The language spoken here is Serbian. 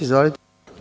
Izvolite.